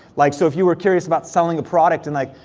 like, so if you were curious about selling a product, and like,